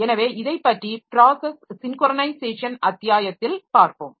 எனவே இதைப்பற்றி process synchronisation அத்தியாயத்தில் பார்ப்போம்